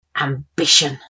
Ambition